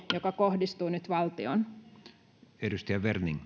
joka kohdistuu nyt valtioon arvoisa